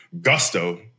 gusto